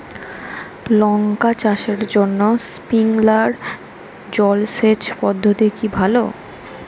লঙ্কা চাষের জন্য স্প্রিংলার জল সেচ পদ্ধতি কি ভালো?